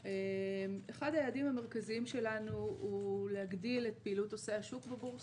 אחד היעדים המרכזיים שלנו הוא להגדיל את פעילות עושי השוק בבורסה.